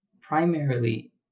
primarily